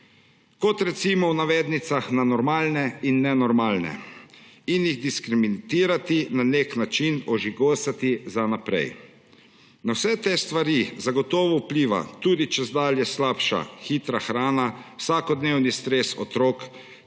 kot recimo, v navednicah, na normalne in nenormalne, in jih diskriminirati, na nek način ožigosati za naprej. Na vse te stvari zagotovo vpliva tudi čedalje slabša hitra hrana, vsakodnevni stres otrok,